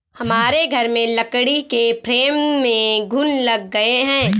हमारे घर में लकड़ी के फ्रेम में घुन लग गए हैं